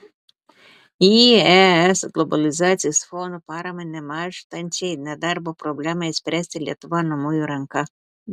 į es globalizacijos fondo paramą nemąžtančiai nedarbo problemai spręsti lietuva numojo ranka